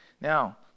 Now